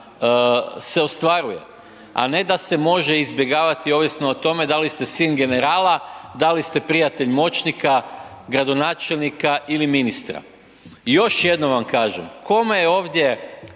se ostvaruje, a ne da se može izbjegavati ovisno o tome da li ste sin generala, da li ste prijatelj moćnika, gradonačelnika ili ministra. Još jednom vam kažem, kome je ovdje